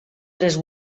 tres